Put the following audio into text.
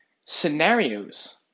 scenarios